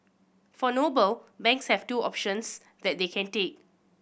for Noble banks have two options that they can take